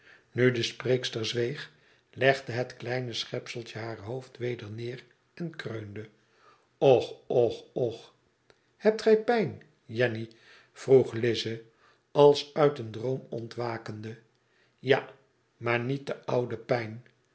nu de spreekster zweeg legde het kleine schepseltje haar hoofd weder neer en kreunde och och och hebt gij pijn jenny vroeg lize als uit een droom ontwakende ja maar niet de oude pijn